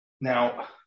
Now